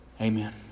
Amen